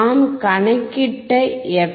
நாம் கணக்கிட்ட எஃப்